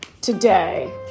today